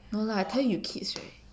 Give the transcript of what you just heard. no lah I tell you kids right